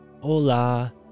hola